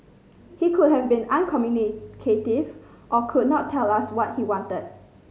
he could have been uncommunicative or could not tell us what he wanted